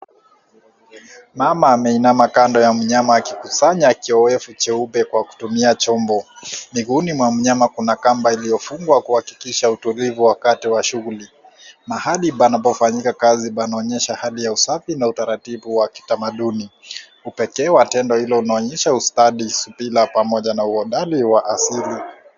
Mama ameinama kando ya mnyama akikusanya kioevu cheupe kwa kutumia chombo , miguuni mwa mnyama kuna kamba iliyofungwa kuhakikisha utulivu wakati wa shughuli ,mahali panapofanyika kazi panaonyesha hali ya usafi na utaratibu wa kitamaduni, upekee wa tendo hilo unaonyesha ustadi ,subira pamoja na uhodari wa asili.